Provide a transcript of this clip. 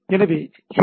எனவே ஹெச்